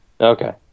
Okay